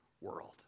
world